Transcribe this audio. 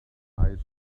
eyes